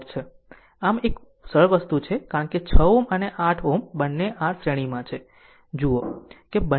આમ આ એક સરળ વસ્તુ છે કારણ કે 6 Ω અને 8 Ω બંને r માં શ્રેણીમાં છે જો જો જુઓ કે બંને શ્રેણીમાં છે